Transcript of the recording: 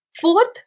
Fourth